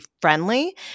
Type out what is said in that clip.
friendly